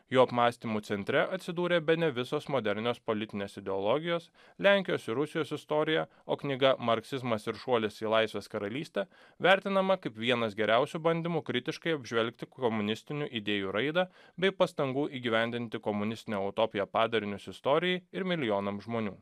jo apmąstymų centre atsidūrė bene visos modernios politinės ideologijos lenkijos ir rusijos istorija o knyga marksizmas ir šuolis į laisvės karalystę vertinama kaip vienas geriausių bandymų kritiškai apžvelgti komunistinių idėjų raidą bei pastangų įgyvendinti komunistinę utopiją padarinius istorijai ir milijonams žmonių